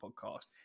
podcast